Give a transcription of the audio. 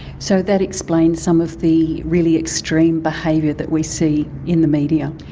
so that explains some of the really extreme behaviour that we see in the media.